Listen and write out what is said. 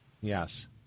Yes